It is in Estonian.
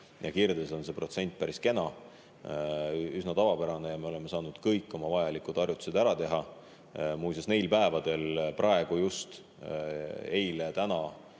ja kirdes on see protsent päris kena, üsna tavapärane, ja me oleme saanud kõik oma vajalikud harjutused ära teha. Muuseas, praegu just – eile, täna